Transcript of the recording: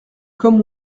comme